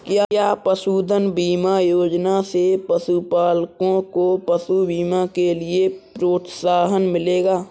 क्या पशुधन बीमा योजना से पशुपालकों को पशु बीमा के लिए प्रोत्साहन मिलेगा?